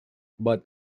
but